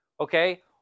Okay